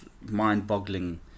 Mind-boggling